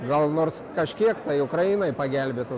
gal nors kažkiek tai ukrainai pagelbėtų